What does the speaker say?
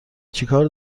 چیکار